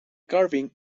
carving